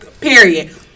period